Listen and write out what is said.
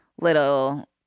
little